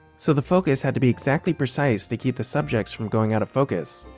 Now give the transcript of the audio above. so the focus had to be exactly precise to keep the subjects from going out of focus.